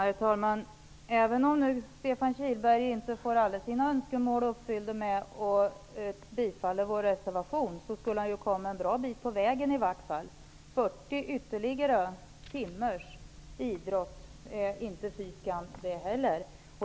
Herr talman! Även om Stefan Kihlberg inte får alla sina önskemål uppfyllda genom att bifalla vår reservation skulle han komma en bra bit på vägen. Ytterligare 40 timmar idrott är inte fy skam.